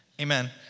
Amen